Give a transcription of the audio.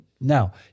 Now